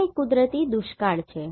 આગામી કુદરતી દુષ્કાળ છે